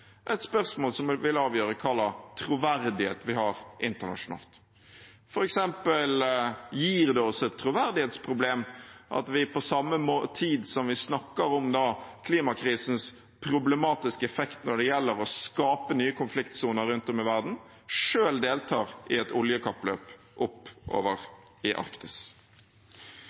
et spørsmål som vil avgjøre hva slags troverdighet vi har internasjonalt. For eksempel gir det oss et troverdighetsproblem at vi på samme tid som vi snakker om klimakrisens problematiske effekt når det gjelder å skape nye konfliktsoner rundt om i verden, selv deltar i et oljekappløp oppover i Arktis.